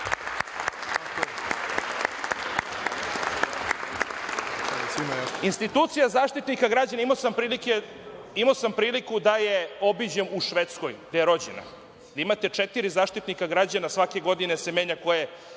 Institucija Zaštitnika građana, imao sam priliku da je obiđem u Švedskoj, gde je rođena, gde imate četiri Zaštitnika građana i svake godine se menja ko je